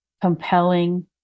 compelling